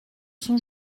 son